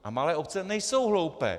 A malé obce nejsou hloupé.